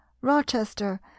Rochester